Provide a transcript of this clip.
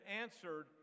answered